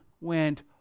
went